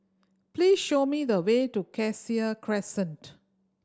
please show me the way to Cassia Crescent